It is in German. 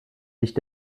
licht